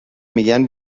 میگن